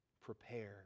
prepare